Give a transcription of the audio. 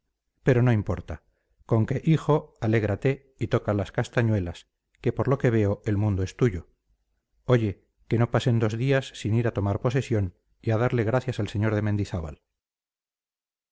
pero no importa con que hijo alégrate y toca las castañuelas que por lo que veo el mundo es tuyo oye que no pasen dos días sin ir a tomar posesión y a darle las gracias al señor de mendizábal